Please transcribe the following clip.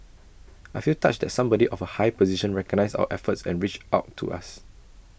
I feel touched that somebody of A high position recognised our efforts and reached out to us